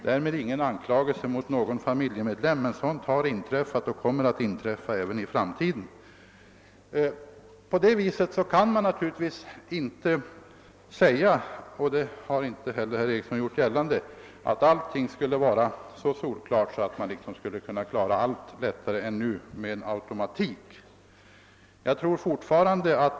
Därmed kan man naturligtvis inte hävda — och det har inte heller herr Eriksson gjort gällande — att man med automatik skulle kunna klara allting lättare än nu.